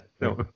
No